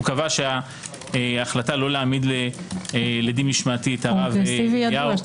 קבע שההחלטה לא להעמיד לדין משמעתי את הרב אליהו